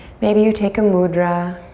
maybe you take a mudra.